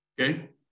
Okay